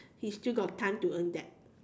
he still got time to earn back